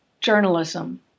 journalism